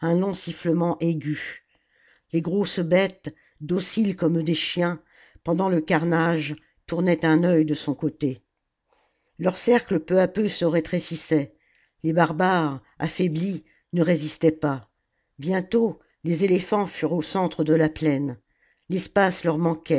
un long sifflement aigu les grosses bêtes dociles comme des chiens pendant le carnage tournaient un œil de son côté leur cercle peu à peu se rétrécissait les barbares affaiblis ne résistaient pas bientôt les éléphants furent au centre de la plaine l'espace leur manquait